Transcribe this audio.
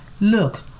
Look